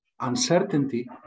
Uncertainty